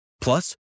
Plus